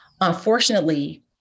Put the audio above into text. Unfortunately